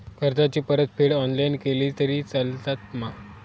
कर्जाची परतफेड ऑनलाइन केली तरी चलता मा?